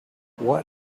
what